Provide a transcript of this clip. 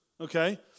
okay